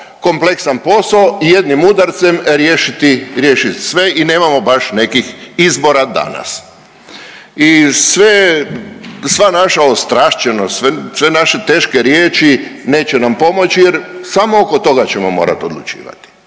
kompleksan posao i jednim udarcem riješiti, riješiti sve i nemamo baš nekih izbora danas. I sve, sva naša ostrašćenost, sve naše teške riječi neće nam pomoći jer samo oko toga ćemo morat odlučivati.